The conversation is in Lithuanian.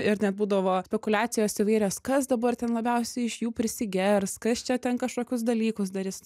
ir net būdavo spekuliacijos įvairios kas dabar ten labiausiai iš jų prisigers kas čia ten kažkokius dalykus darys